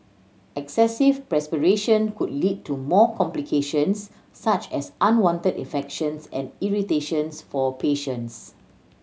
excessive perspiration could lead to more complications such as unwanted infections and irritations for patients